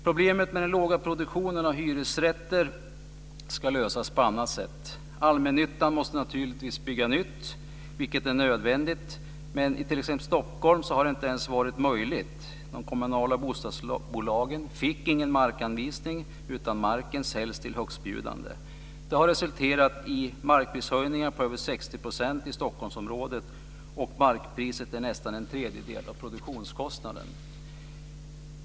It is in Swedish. Problemet med den låga produktionen av hyresrätter ska lösas på annat sätt. Allmännyttan måste naturligtvis bygga nytt, det är nödvändigt, men i t.ex. Stockholm har det inte ens varit möjligt. De kommunala bostadsbolagen fick ingen markanvisning, utan marken säljs till högstbjudande. Det har resulterat i markprishöjningar på över 60 % i Stockholmsområdet, och markpriset är nu nästan en tredjedel av produktionskostnaden.